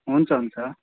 हुन्छ हुन्छ